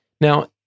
Now